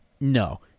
No